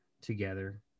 together